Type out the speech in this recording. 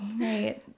Right